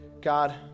God